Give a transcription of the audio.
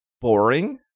boring